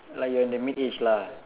like you are in the mid age lah